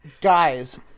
Guys